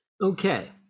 Okay